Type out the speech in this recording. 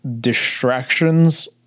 distractions